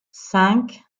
cinq